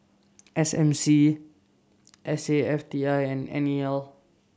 S M C S A F T I and N E L